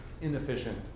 inefficient